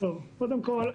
קודם כול,